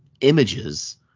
images